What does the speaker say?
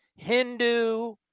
Hindu